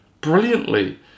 brilliantly